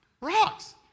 Rocks